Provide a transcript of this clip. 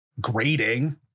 grating